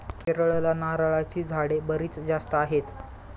केरळला नारळाची झाडे बरीच जास्त आहेत